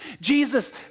Jesus